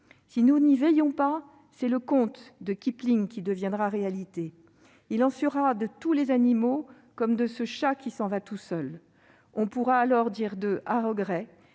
Si nous n'y veillons pas, c'est le conte de Kipling qui deviendra réalité. Il en ira de tous les animaux comme de ce « chat qui va tout seul ». On pourra alors dire d'eux, à regret :